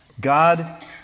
God